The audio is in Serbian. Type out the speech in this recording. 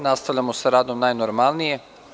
Nastavljamo sa radom najnormalnije.